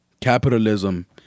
capitalism